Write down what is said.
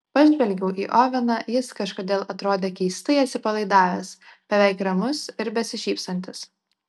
pažvelgiau į oveną jis kažkodėl atrodė keistai atsipalaidavęs beveik ramus ir besišypsantis